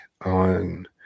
on